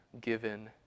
given